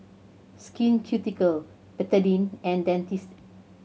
Skin Ceuticals Betadine and Dentiste